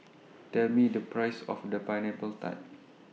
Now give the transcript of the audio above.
Tell Me The Price of The Pineapple Tart